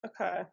Okay